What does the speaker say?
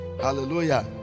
Hallelujah